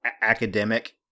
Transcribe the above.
academic